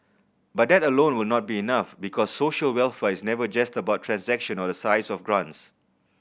but that alone will not be enough because social welfare is never just about transaction or the size of grants